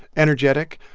energetic.